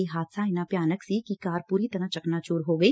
ਇਹ ਹਾਦਸਾ ਇੰਨਾਂ ਭਿਆਨਕ ਸੀ ਕਿ ਕਾਰ ਪੁਰੀ ਤਰਾਂ ਚਕਨਾਚੁਰ ਹੋ ਗਈ